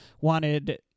wanted –